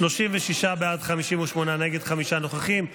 36 בעד, 58 נגד, חמישה נוכחים.